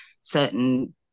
certain